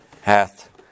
hath